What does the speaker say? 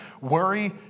worry